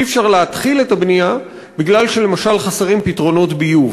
ואי-אפשר להתחיל את הבנייה בגלל שלמשל חסרים פתרונות ביוב